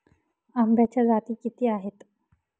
आंब्याच्या जाती किती आहेत?